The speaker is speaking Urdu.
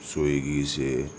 سوئگی سے